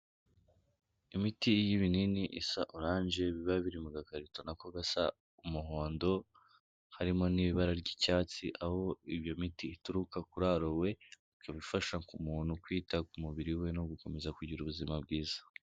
Imiti y'ibinini isa oranje, biba biri mu gakarito nako gasa umuhondo, harimo n'ibara ry'icyatsi, aho iyo miti ituruka kuri Aloe, ikaba ifasha umuntu kwita ku mubiri we, no gukomeza kugira ubuzima bwiza.